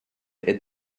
est